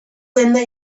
denda